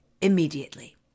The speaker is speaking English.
Immediately